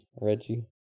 Reggie